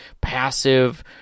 passive